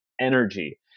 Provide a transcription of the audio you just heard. energy